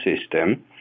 system